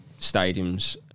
stadiums